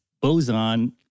boson